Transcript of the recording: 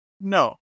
no